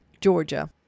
Georgia